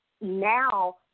Now